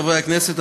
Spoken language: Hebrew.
חברי הכנסת,